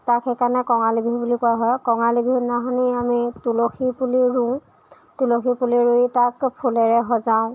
তাক সেইকাৰণে কঙালী বিহু বুলি কোৱা হয় কঙালী বিহু দিনাখনি আমি তুলসী পুলি ৰুওঁ তুলসী পুলিৰ টাবটো ফুলেৰে সজাওঁ